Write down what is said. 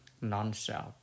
Non-self